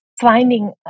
finding